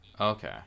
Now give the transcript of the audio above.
Okay